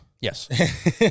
Yes